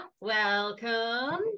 welcome